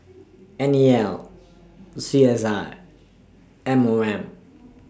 N E L C S I M O M